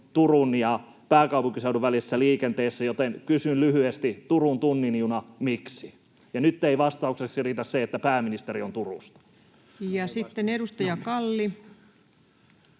Turun ja pääkaupunkiseudun välisessä liikenteessä, joten kysyn lyhyesti: Turun tunnin juna, miksi? Ja nyt ei vastaukseksi riitä se, että pääministeri on Turusta. Ja sitten edustaja Kalli.